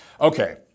Okay